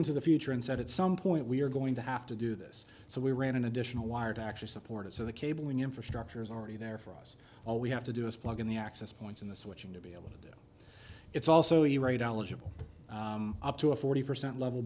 into the future and said at some point we are going to have to do this so we ran an additional wire to actually support it so the cable infrastructure is already there for us all we have to do is plug in the access points in the switching to be able to do it's also the radiologist up to a forty percent level